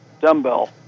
dumbbell